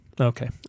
Okay